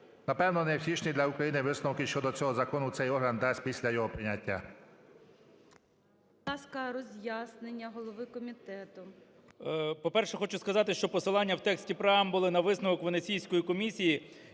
Напевно, невтішні для України висновки щодо цього закону цей орган дасть після його прийняття.